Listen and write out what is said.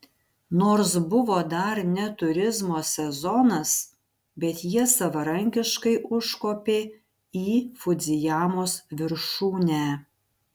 nors buvo dar ne turizmo sezonas bet jie savarankiškai užkopė į fudzijamos viršūnę